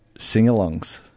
Sing-alongs